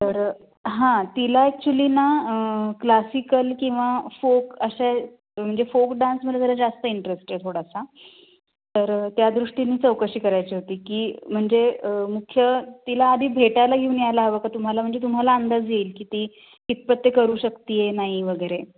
तर हां तिला ॲक्चुअली ना क्लासिकल किंवा फोक अशा म्हणजे फोक डान्समध्ये जरा जास्त इंटरेस्ट आहे थोडासा तर त्या दृष्टीने चौकशी करायची होती की म्हणजे मुख्य तिला आधी भेटायला घेऊन यायला हवं का तुम्हाला म्हणजे तुम्हाला अंदाज येईल की ती कितपत ते करू शकते आहे नाही वगैरे